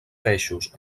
peixos